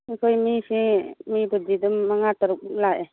ꯑꯩꯈꯣꯏ ꯃꯤꯁꯤ ꯃꯤꯕꯨꯗꯤ ꯑꯗꯨꯝ ꯃꯉꯥ ꯇꯔꯨꯛ ꯂꯥꯛꯑꯦ